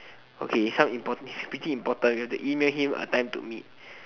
okay some important this is pretty important we have to email him a time to meet